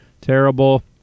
terrible